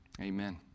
Amen